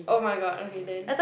oh my god okay then